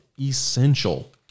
essential